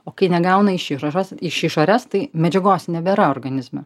o kai negauna iš išošas iš išorės tai medžiagos nebėra organizme